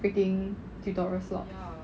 freaking tutorial slot